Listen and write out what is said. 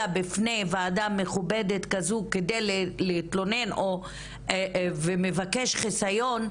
בפני ועדה מכובדת כזו כדי להתלונן ומבקשת חיסיון,